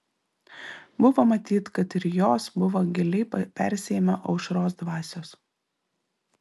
buvo matyt kad ir jos buvo giliai persiėmę aušros dvasios